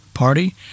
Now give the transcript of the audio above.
party